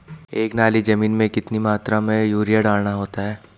एक नाली जमीन में कितनी मात्रा में यूरिया डालना होता है?